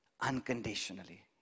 unconditionally